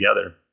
together